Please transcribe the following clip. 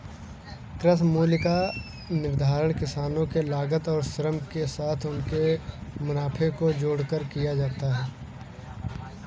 कृषि मूल्य का निर्धारण किसानों के लागत और श्रम के साथ उनके मुनाफे को जोड़कर किया जाता है